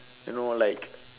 you know like